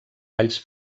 valls